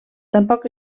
tampoc